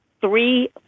three